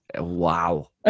Wow